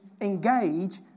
engage